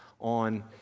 on